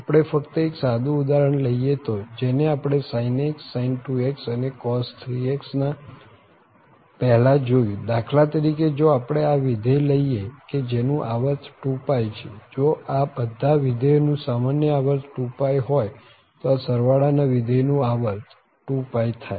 આપણે ફક્ત એક સાદું ઉદાહરણ લઈએ તો જેને આપણે sin x sin 2x અને cos 3x ના પહેલા જોયું દાખલા તરીકે જો આપણે આ વિધેય લઈએ કે જેનું આવર્ત2π છે જો આ બધા વિધેયો નું સામાન્ય આવર્ત 2π હોય તો આ સરવાળા ના વિધેય નું આવર્ત 2π થાય